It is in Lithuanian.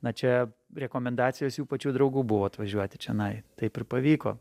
na čia rekomendacijos jų pačių draugų buvo atvažiuoti čionai taip ir pavyko